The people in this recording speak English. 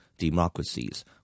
democracies